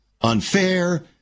unfair